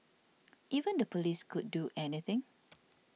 even the police could do anything